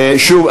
ושוב,